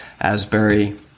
Asbury